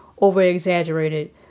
over-exaggerated